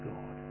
God